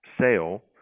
sale